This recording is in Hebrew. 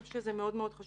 ואני חושבת שזה מאוד חשוב.